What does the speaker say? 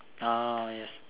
oh yes